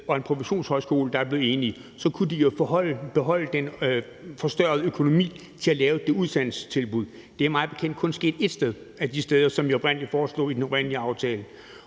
og en professionshøjskole, der er blevet enige, så kunne de jo beholde den forstørrede økonomi til at lave et uddannelsestilbud. Det er mig bekendt kun sket ét sted ud af de steder, som vi foreslog i den oprindelige aftale.